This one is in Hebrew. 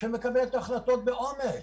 שמקבלת החלטות באומץ,